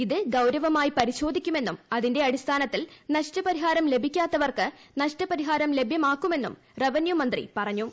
ഇത് ഗൌരവമായി പരിശോധിക്കുമെന്നും അതിന്റെ അടിസ്ഥാനത്തിൽ നഷ്ടപരിഹാരം ലഭിക്കാത്തവർക്ക് നഷ്ടപ രിഹാരം ലഭ്യമാക്കുമെന്നും റവന്യൂമന്ത്രി പറഞ്ഞു